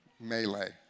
melee